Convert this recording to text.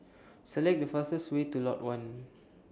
Select The fastest Way to Lot one